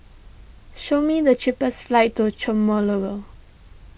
show me the cheapest flights to